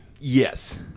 Yes